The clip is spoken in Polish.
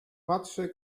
patrzę